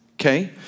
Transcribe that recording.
Okay